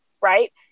right